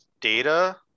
data